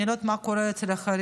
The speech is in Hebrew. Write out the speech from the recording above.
אני לא יודעת מה קורה אצל אחרים,